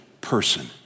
person